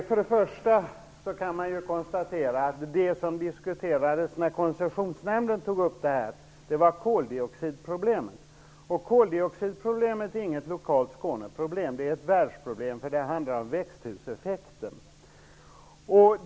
Herr talman! Man kan för det första konstatera att det som diskuterades när Koncessionsnämnden tog upp detta var koldioxidproblem. Det är inte något lokalt Skåneproblem utan ett världsproblem, eftersom det handlar om växthuseffekten.